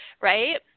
right